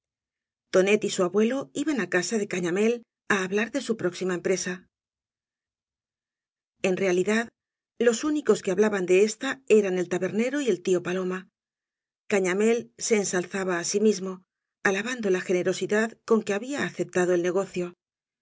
tonet y su abuelo iban á casa de gañamél á hablar de su próxima empresa en realidad los únicos que hablaban de ésta eran el tabernero y el tío paloma gañamél se ensalzaba á sí mismo alabando la generosidad con que había aceptads el negocio